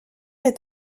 est